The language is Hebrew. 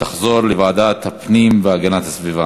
התשע"ה 2014, לוועדת הפנים והגנת הסביבה